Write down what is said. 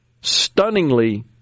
stunningly